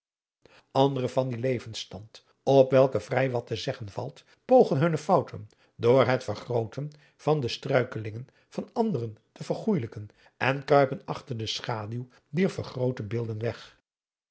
andere van dien levensstand op welke vrij wat te zeggen valt pogen hunne fouten door het vergrooten van de struikelingen van anderen te vergoelijken en kruipen achter de schaduw dier vergroote beelden weg